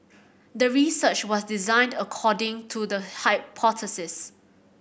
the research was designed according to the hypothesis